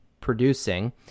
producing